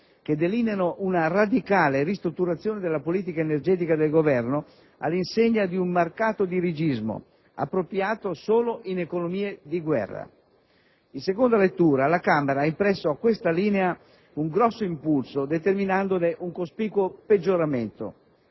che delineano una radicale ristrutturazione della politica energetica del Governo, all'insegna di un marcato dirigismo, appropriato solo in economie di guerra. In seconda lettura, la Camera ha impresso a questa linea un grosso impulso, determinandone un cospicuo peggioramento.